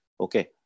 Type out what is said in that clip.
okay